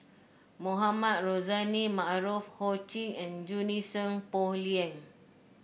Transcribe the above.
Mohamed Rozani Maarof Ho Ching and Junie Sng Poh Leng